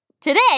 Today